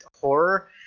horror